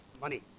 money